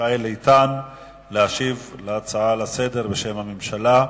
מיכאל איתן להשיב על ההצעות לסדר-היום בשם הממשלה.